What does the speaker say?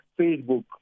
Facebook